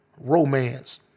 Romance